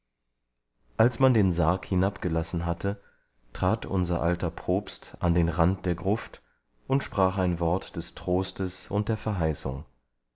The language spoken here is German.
als man den sarg hinabgelassen hatte trat unser alter propst an den rand der gruft und sprach ein wort des trostes und der verheißung